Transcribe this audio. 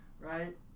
right